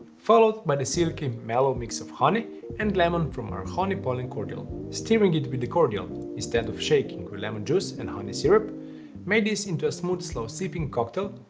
followed by the silky, mellow mix of honey and lemon from our honey pollen cordial. stirring it with the cordial instead of shaking with lemon juice and honey syrup made this into a smooth, slow sipping cocktail,